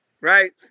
right